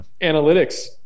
analytics